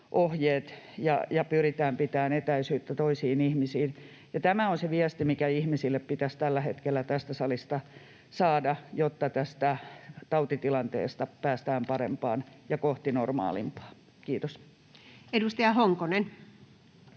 ja pyritään pitämään etäisyyttä toisiin ihmisiin. Tämä on se viesti, mikä ihmisille pitäisi tällä hetkellä tästä salista saada, jotta tästä tautitilanteesta päästään parempaan ja kohti normaalimpaa. — Kiitos. [Speech